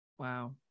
Wow